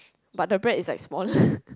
but the bread is like small